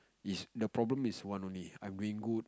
it's the problem is one only I'm being good